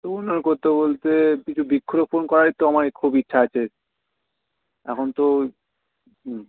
উন্নয়ন করতে বলতে কিছু বৃক্ষরোপণ করার একটু আমার খুব ইচ্ছা আছে এখন তো হুম